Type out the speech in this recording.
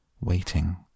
waiting